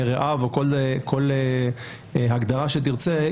מרעיו או כל הגדרה שתרצה,